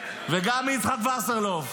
וגם יצחק וסרלאוף: